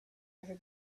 never